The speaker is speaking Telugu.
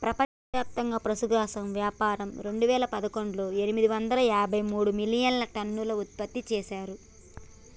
ప్రపంచవ్యాప్తంగా పశుగ్రాసం వ్యాపారం రెండువేల పదకొండులో ఎనిమిది వందల డెబ్బై మూడు మిలియన్టన్నులు ఉత్పత్తి చేశారు